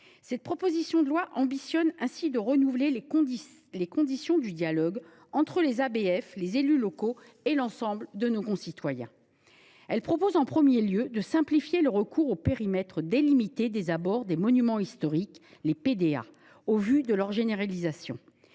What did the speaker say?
de la proposition de loi est ainsi de « renouveler les conditions du dialogue entre les ABF, les élus locaux et l’ensemble de nos concitoyens ». Le texte prévoit en premier lieu de simplifier le recours aux périmètres délimités des abords des monuments historiques, afin de favoriser leur généralisation.